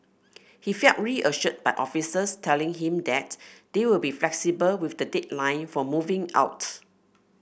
he felt reassured by officers telling him that they will be flexible with the deadline for moving out